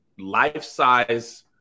life-size